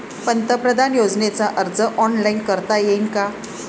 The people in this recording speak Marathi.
पंतप्रधान योजनेचा अर्ज ऑनलाईन करता येईन का?